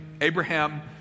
Abraham